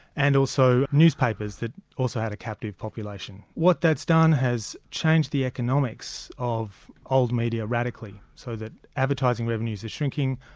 and also newspapers that also had a captive population. what that's done has changed the economics of old media radically, so that advertising revenues are shrinking,